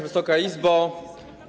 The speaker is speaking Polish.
Wysoka Izbo!